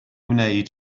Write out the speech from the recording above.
wneud